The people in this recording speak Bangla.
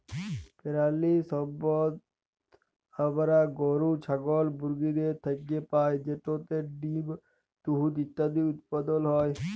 পেরালিসম্পদ আমরা গরু, ছাগল, মুরগিদের থ্যাইকে পাই যেটতে ডিম, দুহুদ ইত্যাদি উৎপাদল হ্যয়